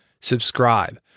subscribe